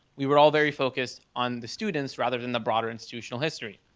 we were all very focused on the students rather than the broader institutional history.